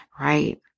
right